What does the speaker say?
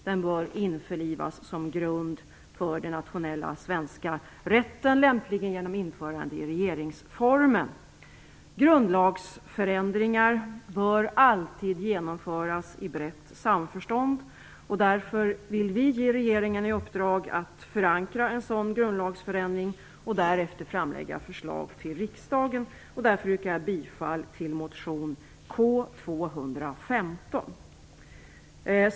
Den bör införlivas som grund för den nationella svenska rätten, lämpligen genom införande i regeringsformen. Grundlagsförändringar bör alltid genomföras i brett samförstånd. Därför vill vi ge regeringen i uppdrag att förankra en sådan grundlagsändring och därefter framlägga förslag till riksdagen. Därför yrkar jag bifall till motion K215.